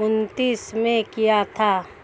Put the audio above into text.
उन्नीस में किया था